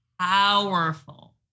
powerful